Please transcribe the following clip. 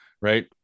right